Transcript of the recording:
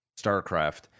StarCraft